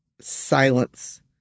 silence